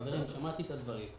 חברים, שמעתי את הדברים.